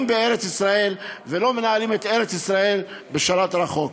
בארץ-ישראל ולא מנהלים את ארץ-ישראל בשלט רחוק.